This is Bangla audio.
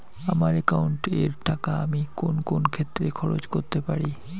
আমার একাউন্ট এর টাকা আমি কোন কোন ক্ষেত্রে খরচ করতে পারি?